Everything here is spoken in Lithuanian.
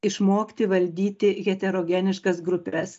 išmokti valdyti heterogeniškas grupes